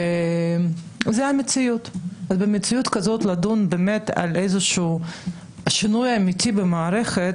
זו המציאות ובמציאות כזאת לדון באמת על איזשהו שינוי אמיתי במערכת,